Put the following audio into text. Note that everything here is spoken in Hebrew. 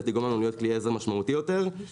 אגרת הרשות שהיזמים משלמים היום היא לא